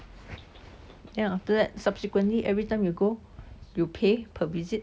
then after that subsequently everytime you go you pay per visit